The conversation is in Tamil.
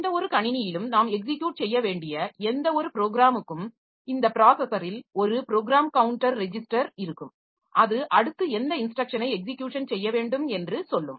எந்தவொரு கணினியிலும் நாம் எக்ஸிக்யுட் செய்ய வேண்டிய எந்தவொரு ப்ரோக்ராமுக்கும் இந்த ப்ராஸஸரில் ஒரு ப்ரோக்ராம் கவுன்டர் ரெஜிஸ்டர் இருக்கும் அது அடுத்து எந்த இன்ஸ்ட்ரக்ஷனை எக்ஸிக்யுஷன் செய்ய வேண்டும் என்று சொல்லும்